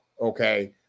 okay